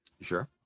Sure